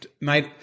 mate